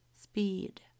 speed